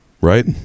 right